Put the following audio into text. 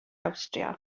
awstria